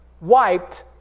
wiped